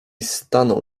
stanął